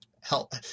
help